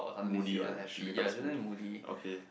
moody ah she becomes moody okay